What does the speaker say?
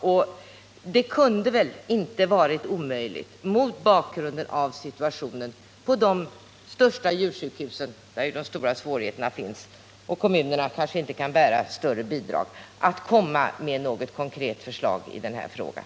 Det hade väl därför inte varit omöjligt — mot bakgrund av situationen på de största djursjukhusen, där de stora svårigheterna finns, och det faktum att kommunerna kanske inte kan bära bördan att behöva betala större bidrag — att komma med något konkret förslag i den här frågan.